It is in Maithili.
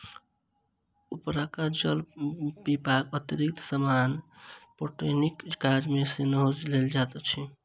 उपरका जल पीबाक अतिरिक्त स्नान आ पटौनीक काज मे सेहो लेल जाइत अछि